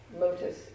Lotus